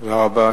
תודה רבה.